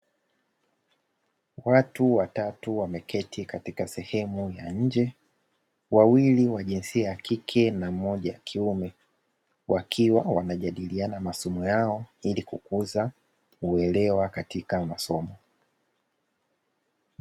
Watu watatu wameketi katika sehemu ya nje, wawili wa jinsia ya kike na moja ya kiume, wakiwa wanajadiliana masomo yao ili kukuza uelewa katika masomo.